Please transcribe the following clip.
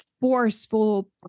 Forceful